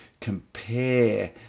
compare